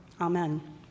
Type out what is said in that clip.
Amen